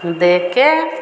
देकर